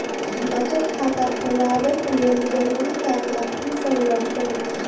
बचत खाता खोलाबै कऽ लेल जरूरी कागजात की सब लगतइ?